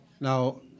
now